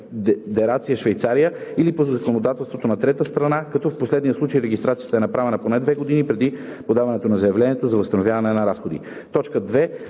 Конфедерация Швейцария, или по законодателството на трета страна, като в последния случай регистрацията е направена поне две години преди подаването на заявлението за възстановяване на разходи; 2.